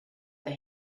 that